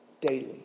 daily